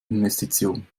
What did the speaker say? investition